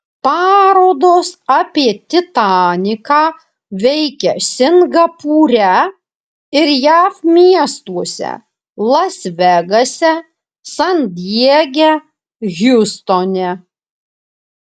parodos apie titaniką veikia singapūre ir jav miestuose las vegase san diege hjustone